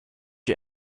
you